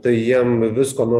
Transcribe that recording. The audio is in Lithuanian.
tai jiem visko nuo